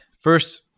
first,